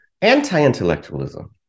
anti-intellectualism